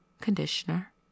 conditioner